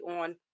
on